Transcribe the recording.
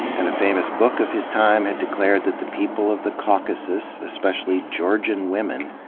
and a famous book of his time had declared that the people of the caucasus, especially georgian women,